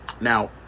Now